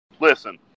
Listen